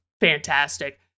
fantastic